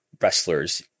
wrestlers